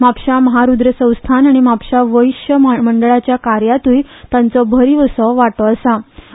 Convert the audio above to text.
म्हापसा महारुद्र संस्थान आनी म्हापसा वैश्य मंडळाच्या कार्यात्रय तांचो भरीव आसो वाटो आशिल्लो